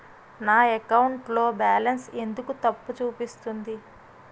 నా అకౌంట్ లో బాలన్స్ ఎందుకు తప్పు చూపిస్తుంది?